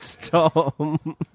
Tom